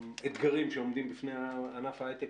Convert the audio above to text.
והאתגרים שעומדים בפני ענף ההיי-טק,